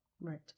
Right